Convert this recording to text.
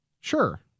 Sure